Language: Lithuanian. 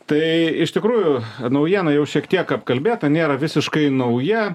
tai iš tikrųjų naujiena jau šiek tiek apkalbėta nėra visiškai nauja